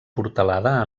portalada